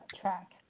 track